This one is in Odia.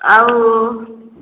ଆଉ